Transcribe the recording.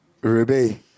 Ruby